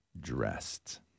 dressed